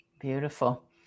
Beautiful